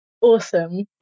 awesome